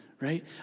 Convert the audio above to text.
right